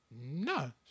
no